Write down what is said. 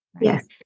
Yes